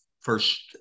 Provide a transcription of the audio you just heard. first